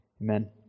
Amen